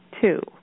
two